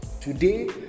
Today